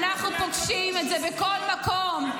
אנחנו פוגשים את זה בכל מקום.